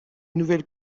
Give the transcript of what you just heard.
nouvelle